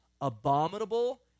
abominable